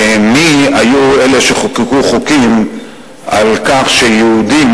מי היו אלה שחוקקו חוקים על כך שיהודים,